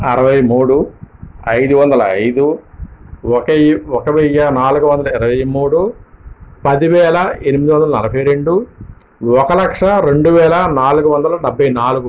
అరవై మూడు ఐదు వందల ఐదు ఒక వెయ్యి నాలుగు వందల ఇరవై మూడు పది వేల ఎనిమిది వందల నలభై రెండు ఒక లక్ష రెండు వేల నాలుగు వందల డెభై నాలుగు